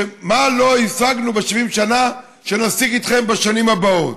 מה לא השגנו ב-70 שנה שנשיג איתכם בשנים הבאות?